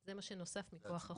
זה מה שנוסף מכוח החוק.